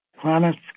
planets